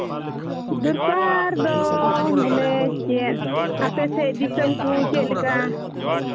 ᱫᱚᱨᱠᱟᱨ ᱫᱚ ᱵᱚᱞᱮ ᱪᱮᱫ ᱟᱯᱮ ᱥᱮᱫ ᱫᱤᱥᱚᱢ ᱠᱚ ᱪᱮᱫ ᱞᱮᱠᱟ